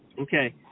Okay